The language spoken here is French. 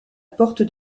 porte